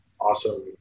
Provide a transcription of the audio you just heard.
awesome